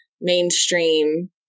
mainstream